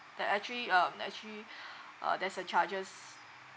that actually um actually uh there's a charges